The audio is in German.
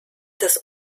das